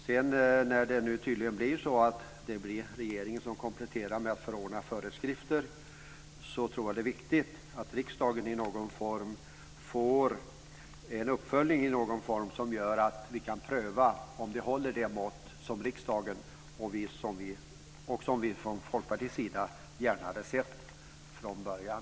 Sedan, när det nu tydligen blir så att regeringen kompletterar med att förordna föreskrifter, tror jag att det är viktigt att riksdagen får en uppföljning i någon form så att vi kan pröva om detta håller det mått som riksdagen och vi från Folkpartiets sida gärna hade sett från början.